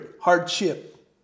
hardship